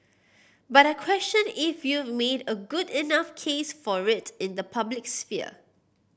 but I question if you've made a good enough case for it in the public sphere